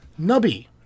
Nubby